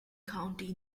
county